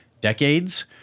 decades